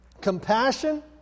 compassion